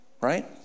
right